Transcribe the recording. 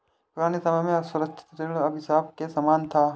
पुराने समय में असुरक्षित ऋण अभिशाप के समान था